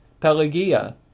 Pelagia